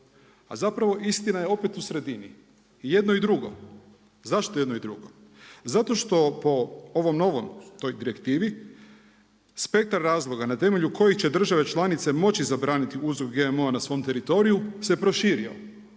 a zapravo, istina je opet u sredini, i jedno i drugo, zašto jedno i drugo? Zato što po ovom novom, toj direktivni, spektar razloga na temelju koji će država članica moći zabraniti uzgoj GMO-a na svom teritoriju, se proširio.